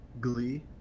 Glee